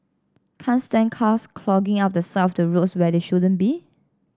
can't stand cars clogging up the side of the roads where they shouldn't be